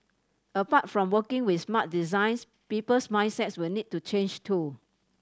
apart from working with smart designs people's mindsets will need to change too